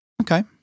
Okay